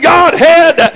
Godhead